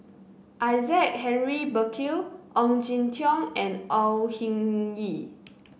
Isaac Henry Burkill Ong Jin Teong and Au Hing Yee